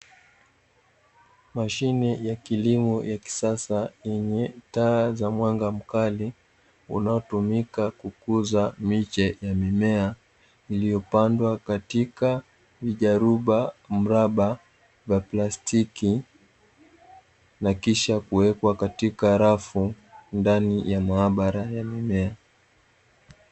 Mashine ya kilimo za kisasa yenye taa za mwanga mkali unaotumika kukuza miche ya mimea iliyopandwa katika mijaruba mraba vya plastiki na kisha kuwekwa katika rafu ndani ya maabara ya mimea.